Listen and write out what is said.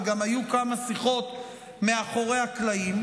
וגם היו כמה שיחות מאחורי הקלעים.